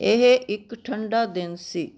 ਇਹ ਇੱਕ ਠੰਡਾ ਦਿਨ ਸੀ